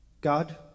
God